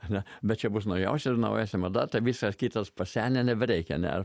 ar ne bet čia bus naujos ir naujausia mada tai visa kitas pasenę nebereikia nes